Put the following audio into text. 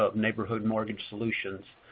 ah neighborhood mortgage solutions.